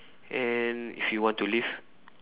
and if you want to live